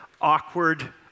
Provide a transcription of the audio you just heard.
awkward